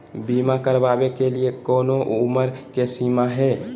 बीमा करावे के लिए कोनो उमर के सीमा है?